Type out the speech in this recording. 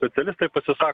socialistai pasisa